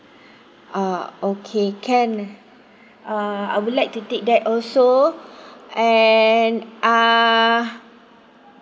ah okay can uh I would like to take that also and uh